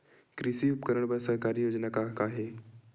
कृषि उपकरण बर सरकारी योजना का का हे?